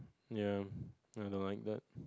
ya I don't like that